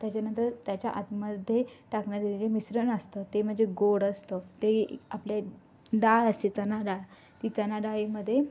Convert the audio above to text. त्याच्यानंतर त्याच्या आतमध्ये टाकण्यासाठी जे मिश्रण असतं ते म्हणजे गोड असतं ते आपले डाळ असते चणा डाळ ती चणा डाळीमध्ये